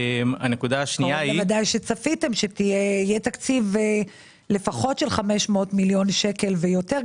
קרוב לוודאי שצפיתם שיהיה תקציב לפחות של 500 מיליון שקל ויותר.